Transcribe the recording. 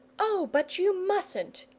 oh, but you mustn't!